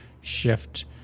shift